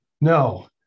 No